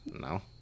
No